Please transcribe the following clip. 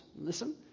Listen